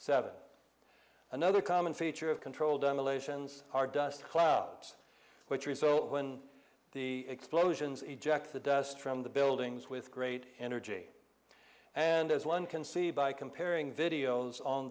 seven another common feature of controlled demolitions are dust clouds which result when the explosions eject the dust from the buildings with great energy and as one can see by comparing videos on